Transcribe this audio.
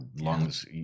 lungs